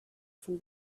from